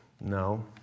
No